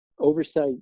oversight